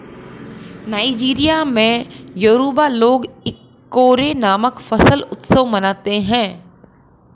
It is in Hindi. नाइजीरिया में योरूबा लोग इकोरे नामक फसल उत्सव मनाते हैं